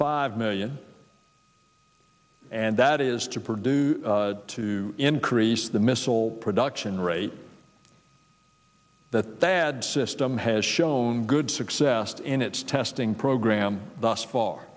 five million and that is to produce to increase the mis soul production rate that bad system has shown good success in its testing program thus far